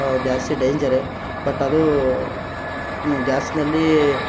ಜಾಸ್ತಿ ಡೇಂಜರೇ ಬಟ್ ಅದು ಗ್ಯಾಸ್ನಲ್ಲಿ